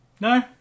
No